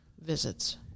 visits